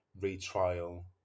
retrial